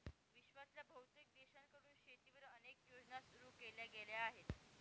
विश्वातल्या बहुतेक देशांकडून शेतीवर अनेक योजना सुरू केल्या गेल्या आहेत